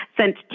sent